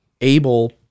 able